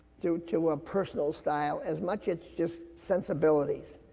to to a personal style, as much. it's just sensibilities.